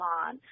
on